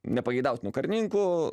nepageidautinu karininku